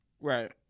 Right